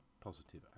positive